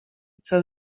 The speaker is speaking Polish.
cel